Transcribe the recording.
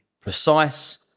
precise